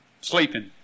Sleeping